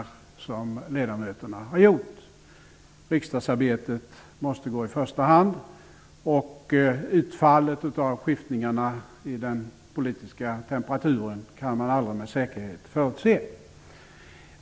Riksdagsarbetet måste komma i första hand, och utfallet av skiftningarna i den politiska temperaturen kan man aldrig med säkerhet förutse.